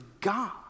God